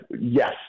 yes